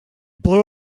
blue